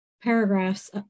paragraphs